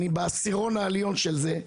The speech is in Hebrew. אני בעשירון העליון של זה,